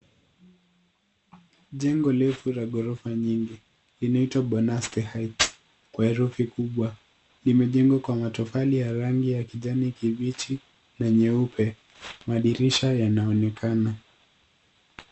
Jengo refu la ghorofa nyingi linaitwa Bonaste heights kwa herufi kubwa. Limejengwa kwa matofali ya rangi ya kijani kibichi na nyeupe. Madirisha yanaonekana.